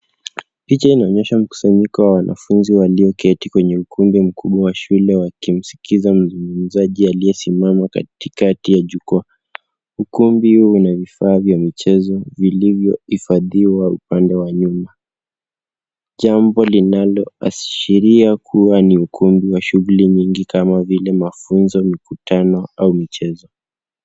Picha hii inaonyesha wa wanafunzi walioketi kwenye ukumbi mkubwa wa shule wakimsikiza mzungumzaji aliyesimama katikati ya jukwaa. Ukumbi huu una vifaa vya michezo vilivyohifadhiwa upande wa nyuma, jambo linaloashiria kuwa ni ukumbi wa shughuli nyingi kama vile mafunzo, mikutano, au michezo.